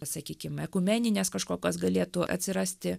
sakykim ekumeninės kažkokios galėtų atsirasti